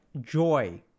joy